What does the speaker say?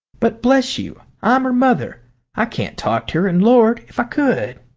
but, bless you, i'm her mother i can't talk to her, and, lord, if i could!